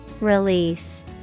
Release